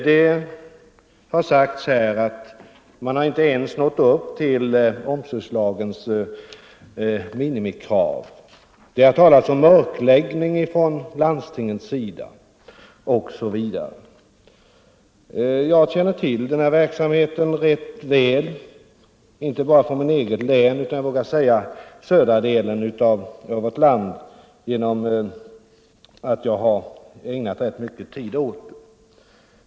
Det har sagts att man inte ens har nått upp till omsorgslagens 89 minimikrav, det har talats om mörkläggning från landstingens sida osv. Jag känner till denna verksamhet rätt väl, inte bara från mitt eget län utan från hela södra delen av vårt land, genom att jag har ägnat rätt mycket tid åt den.